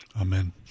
Amen